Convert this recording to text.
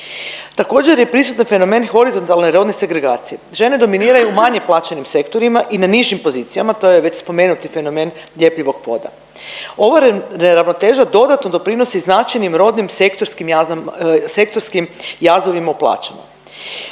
Također je prisutan fenomen horizontalne rodne segregacije. Žene dominiraju u manje plaćenim sektorima i na nižim pozicijama, to je već spomenuti fenomen ljepljivog poda. Ova neravnoteža dodatno doprinosi značajnim rodnim sektorskim, sektorskim jazovima